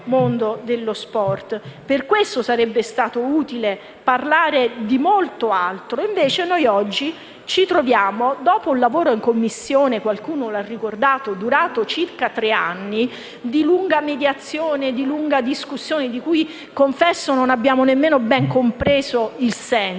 Per questo sarebbe stato utile parlare di molto altro e invece oggi ci troviamo, dopo un lavoro in Commissione - qualcuno lo ha ricordato - durato circa tre anni, di lunga mediazione e di lunga discussione di cui confesso non abbiamo nemmeno ben compreso il senso,